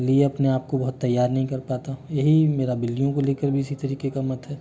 लिए अपने आपको बहुत तैयार नहीं कर पाता हूँ यही मेरा बिल्लियों को लेकर भी इसी तरीके का मत है